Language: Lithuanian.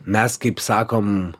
mes kaip sakom